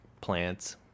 plants